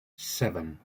seven